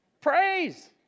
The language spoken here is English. Praise